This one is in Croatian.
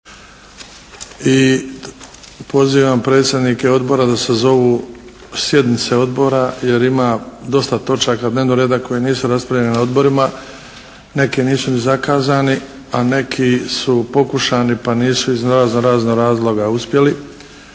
I pozivam predstavnike odbora da sazovu sjednice odbora jer ima dosta točaka dnevnog reda koje nisu raspravljene na odborima, neki nisu ni zakazani, a neki su pokušani pa nisu iz razno-raznih razloga uspjeli.